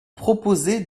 proposez